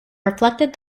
reflected